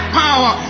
power